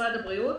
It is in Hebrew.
למשרד הבריאות